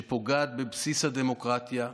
שפוגעת בבסיס הדמוקרטיה,